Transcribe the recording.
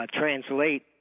translate